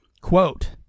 quote